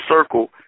circle